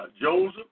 Joseph